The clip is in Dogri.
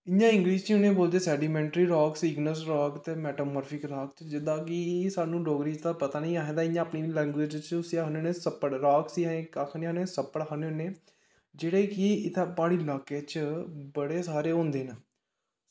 इ'यां इंग्लिश च इ'नेंगी बोलदे सैडिमैंट्री राक्स इगजिनस राक्स ते मैटामार्फिक राक्स ते जेह्दा कि सानूं डोगरी च ते पता निं इयां अस अपनी लैंगवेज़ बिच्च उसी आखने होन्ने आं सप्पड़ राक्स आखने होन्ने सप्पड़ राक्स आखने होन्ने जेह्ड़े कि इत्थें प्हाड़ी लाके च बड़े सारे होंदे न